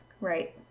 Right